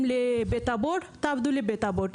אם לבית אבות תעבדו בבית אבות,